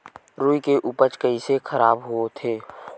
रुई के उपज कइसे खराब होथे?